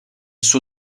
suo